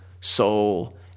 soul